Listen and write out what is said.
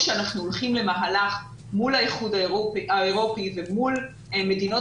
כאשר אנחנו הולכים למהלך מול האיחוד האירופאי ומול מדינות